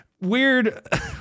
weird